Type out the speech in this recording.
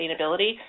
sustainability